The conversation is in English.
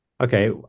okay